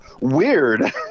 Weird